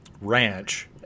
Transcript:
ranch